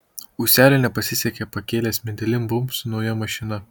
ūseliui nepasisekė pakelės medelin bumbt su nauja mašina